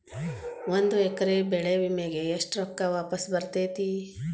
ಒಂದು ಎಕರೆ ಬೆಳೆ ವಿಮೆಗೆ ಎಷ್ಟ ರೊಕ್ಕ ವಾಪಸ್ ಬರತೇತಿ?